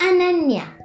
Ananya